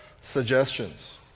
suggestions